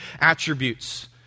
attributes